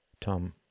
Tom